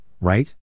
right